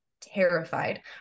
terrified